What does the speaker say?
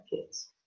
kids